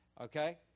Okay